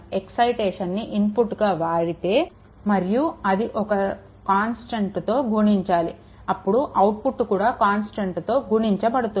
ఎక్సైటేషన్ని ఇన్పుట్గా వాడితే మరియు దానిని ఒక స్థిరాంకంతో గుణించాలి అప్పుడు అవుట్పుట్ కూడా స్థిరాంకంతో గుణించబడుతుంది